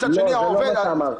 לא, זה לא מה שאמרתי.